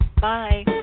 Bye